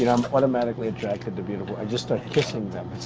you know i'm automatically attracted to beautiful, i just start kissing them.